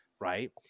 right